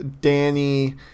danny